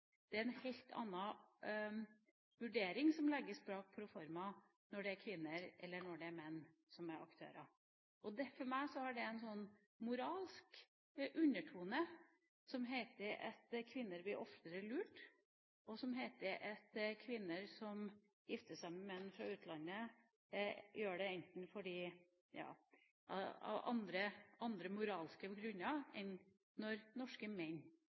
Det er en helt annen vurdering som legges i «proforma» når det er kvinner som er aktører, enn når det er menn. For meg har dette en moralsk undertone som sier at kvinner oftere blir lurt, og som sier at kvinner som gifter seg med menn fra utlandet, gjør det av andre moralske grunner enn norske menn